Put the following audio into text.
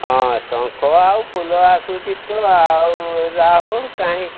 ହଁ ଶଙ୍ଖ ଆଉ ଫୁଲ ଆସୁଛି ତ ଆଉ ରାହୁଲ କାହିଁ